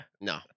No